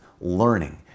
learning